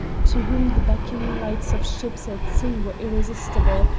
to whom the beckoning lights of ships at sea were irresistible,